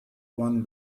one